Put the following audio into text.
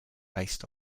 based